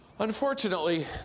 Unfortunately